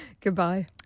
goodbye